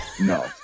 no